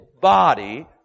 body